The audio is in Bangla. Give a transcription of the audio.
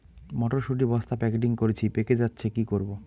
মটর শুটি বস্তা প্যাকেটিং করেছি পেকে যাচ্ছে কি করব?